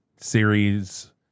series